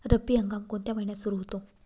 रब्बी हंगाम कोणत्या महिन्यात सुरु होतो?